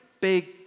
big